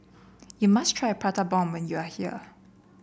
you must try Prata Bomb when you are here